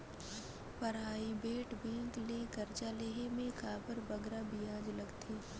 private bank ले करजा लेहे में काबर बगरा बियाज लगथे